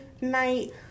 night